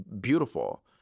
beautiful